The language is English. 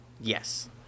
Yes